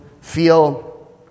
feel